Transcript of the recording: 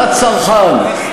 לצרכן.